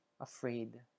afraid